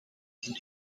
dat